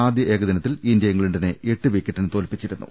ആദ്യ ഏകദിനത്തിൽ ഇന്ത്യ ഇംഗ്ലണ്ടിനെ എട്ട് വിക്കറ്റിന് തോൽപ്പിച്ചിരുന്നു